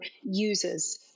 users